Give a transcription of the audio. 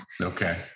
Okay